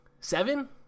Seven